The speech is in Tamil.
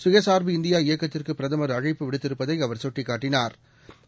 சுயசாா்பு இந்தியா இயக்கத்திற்குபிரதமா் அழைப்பு விடுத்திருப்பதைஅவா் சுட்டிக்காட்டினாா்